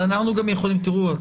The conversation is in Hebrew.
תראו,